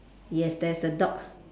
yes there's a dog